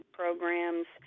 programs